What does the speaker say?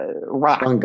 rock